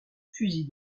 fusil